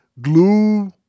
glue